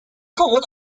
coal